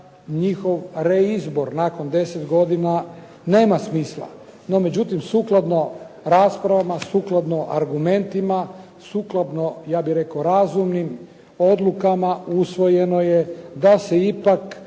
njihov reizbor nakon deset godina nema smisla. No međutim, sukladno raspravama, sukladno argumentima, sukladno ja bih rekao razumnim odlukama usvojeno je da se ipak